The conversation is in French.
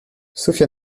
sofia